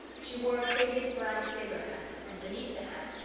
she wore a faded brown sailor hat and beneath the hat,